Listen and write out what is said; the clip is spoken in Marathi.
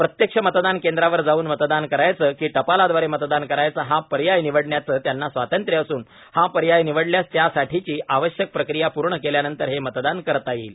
प्रत्यक्ष मतदान केंद्रावर जाऊन मतदान करायचं की टपालाद्वारे मतदान करायचं हा पर्याय निवडण्याचं त्यांना स्वांतत्र्य असून हा पर्याय निवडल्यास त्यासाठीची आवश्यक प्रक्रिया पूर्ण केल्यानंतर हे मतदान करता येईल